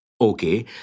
Okay